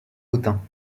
autun